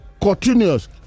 Continuous